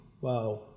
Wow